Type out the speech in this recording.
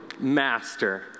Master